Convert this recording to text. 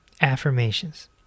affirmations